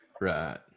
right